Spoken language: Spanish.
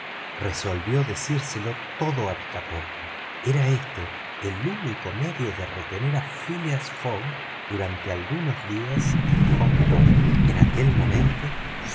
resolvió decírselo todo a picaporte era éste el único medio de retener a phileas fogg durante algunos días en hong kong al